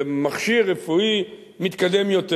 למכשיר רפואי מתקדם יותר.